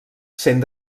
sent